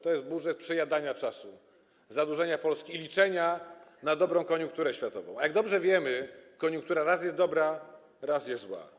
To jest budżet przejadania czasu, zadłużania Polski i liczenia na dobrą koniunkturę światową, a jak dobrze wiemy, koniunktura raz jest dobra, raz jest zła.